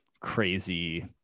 crazy